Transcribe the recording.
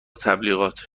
تبلیغات